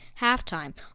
halftime